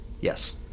Yes